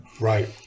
Right